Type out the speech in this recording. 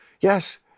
yes